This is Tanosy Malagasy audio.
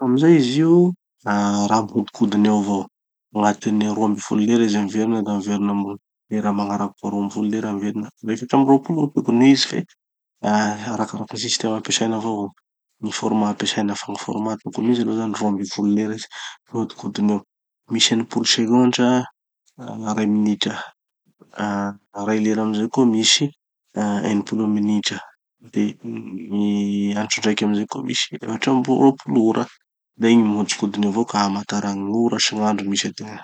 amizay izy io, ah raha mihodikodina eo avao, agnatin'ny roa amby folo lera izy miverina da miverina mi- miverina magnaraky koa roa amby folo lera miverina. Da efatry amby roapolo gny tokony ho izy fe arakarakin'ny système ampiasaina avao io, gny format ampiasaina, fa gny format tokony ho izy aloha zany roa amby folo lera izy mihodikodina eo. Misy enim-polo segondra ah ray minitra, ah ray lera amizay koa misy ah enim-polo minitra, de gny andro raiky amizay koa misy efatry amby roapolo ora. Da igny mihodikodin'eo avao ka amantara gn'ora sy gn'andro misy ategna.